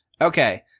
Okay